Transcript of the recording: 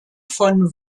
von